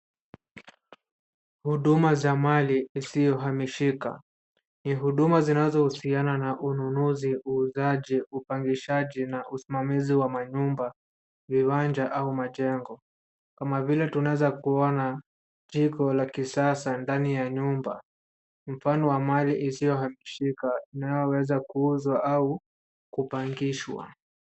Huduma za mali isiyohamishika. Ni huduma zinazohusiana na ununuzi, uuzaji, upangishaji na usimamizi wa manyumba, viwanja au majengo kama vile tunaweza kuona jiko la kisasa ndani ya nyumba, mfano wa mali isiyohamishika inayoweza kuuzwa au kupangishwa.